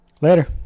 Later